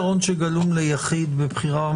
אין חרב מתנופפת של אובדן השליטה במסלול